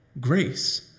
grace